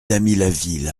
damilaville